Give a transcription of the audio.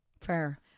Fair